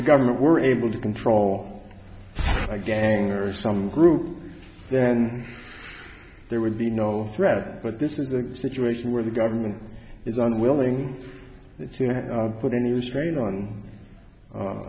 the government were able to control again or some group then there would be no threat but this is a situation where the government is unwilling to put a new strain on